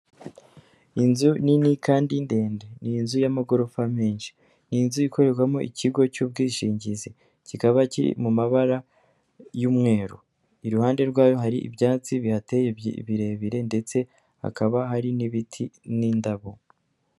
Inzu nini kandi ndende, ni inzu y'amagorofa menshi, ni inzu ikorerwamo ikigo cy'ubwishingizi, kikaba kiri mu mabara y'umweru, iruhande rwayo hari ibyatsi bihateye birebire ndetse hakaba hari n'ibiti n'indabo.